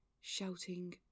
shouting